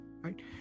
right